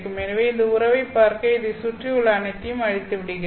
எனவே இந்த உறவைப் பார்க்க இதைச் சுற்றியுள்ள அனைத்தையும் அழித்து விடுகிறேன்